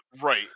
right